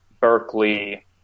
Berkeley